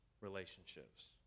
relationships